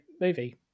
movie